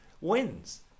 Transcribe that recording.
wins